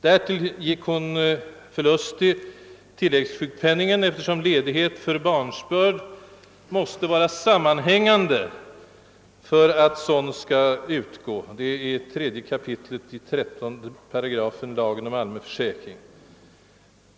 Därtill gick hon förlustig tillläggssjukpenning, eftersom ledighet för barnsbörd måste vara sammanhängande för att sådan sjukpenning skall utgå, detta enligt 3 kap. 13 § lagen om allmän försäkring.